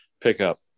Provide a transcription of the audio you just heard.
pickup